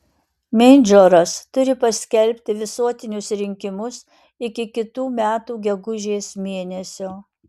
meidžoras turi paskelbti visuotinius rinkimus iki kitų metų gegužės mėnesio